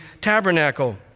tabernacle